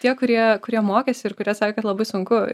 tie kurie kurie mokėsi ir kurie sakė labai sunku